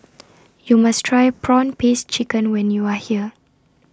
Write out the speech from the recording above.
YOU must Try Prawn Paste Chicken when YOU Are here